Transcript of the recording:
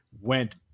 went